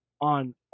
on